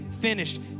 finished